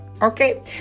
Okay